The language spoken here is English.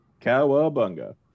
Cowabunga